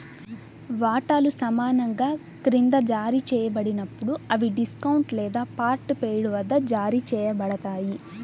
వాటాలు సమానంగా క్రింద జారీ చేయబడినప్పుడు, అవి డిస్కౌంట్ లేదా పార్ట్ పెయిడ్ వద్ద జారీ చేయబడతాయి